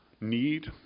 need